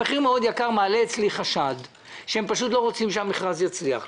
המחיר היקר מאוד מעלה אצלי חשד שהם פשוט לא רוצים שהמכרז יצליח.